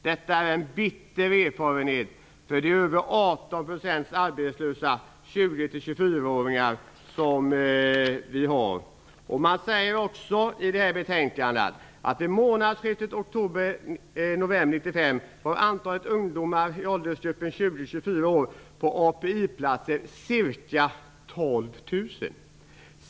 Detta är en bitter erfarenhet för de över 18 % arbetslösa 20-24-åringar som vi har. Man säger också i det här betänkandet att i månadsskiftet oktober-november 1995 var antalet ungdomar i åldersgruppen 20-24 år på API-platser ca 12 000.